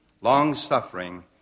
long-suffering